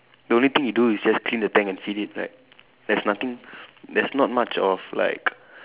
the only thing you do is just clean the tank and feed it right there's nothing that's not much of like